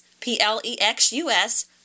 P-L-E-X-U-S